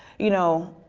you know